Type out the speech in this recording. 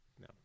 no